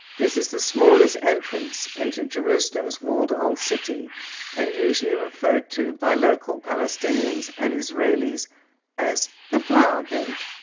this is the smallest entrance into jerusalem's walled old city and usually referred to by local palestinians and israelis as the flower gate.